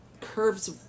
curves